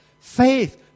Faith